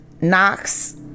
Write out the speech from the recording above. Knox